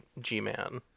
G-Man